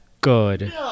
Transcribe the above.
good